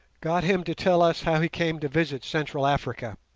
got him to tell us how he came to visit central africa,